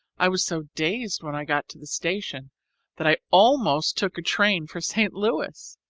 i was so dazed when i got to the station that i almost took a train for st louis.